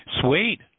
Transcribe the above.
Sweet